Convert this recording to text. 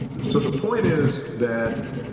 so the point is that,